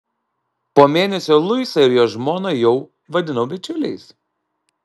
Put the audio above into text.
po mėnesio luisą ir jo žmoną jau vadinau bičiuliais